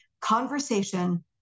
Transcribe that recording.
conversation